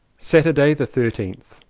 saturday the thirteenth.